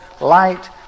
light